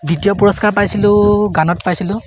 দ্বিতীয় পুৰস্কাৰ পাইছিলোঁ গানত পাইছিলোঁ